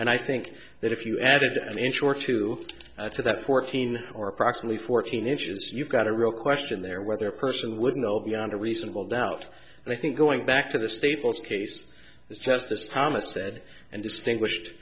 and i think that if you added an inch or two to that fourteen or approximately fourteen inches you've got a real question there whether a person would know beyond a reasonable doubt and i think going back to the staples case the justice thomas said and distinguished